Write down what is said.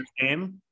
game